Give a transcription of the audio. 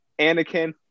Anakin